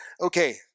Okay